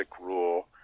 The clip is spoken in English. rule